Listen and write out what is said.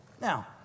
Now